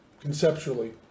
conceptually